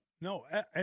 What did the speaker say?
no